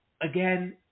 again